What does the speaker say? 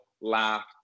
laugh